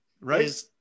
Right